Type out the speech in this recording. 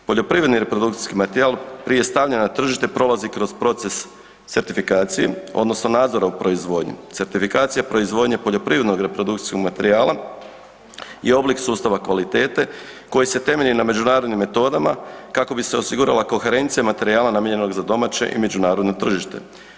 Poljoprivredni reprodukcijski materijal prije stavljanja na tržište prolazi kroz proces certifikacije odnosno nadzora u proizvodnji, certifikacija proizvodnje poljoprivrednog reprodukcijskog materijala i oblika sustava kvalitete koji se temelji na međunarodnim metodama kako bi se osigurala koherencija materijala namijenjenog za domaće i međunarodno tržište.